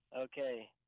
Okay